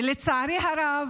ולצערי הרב,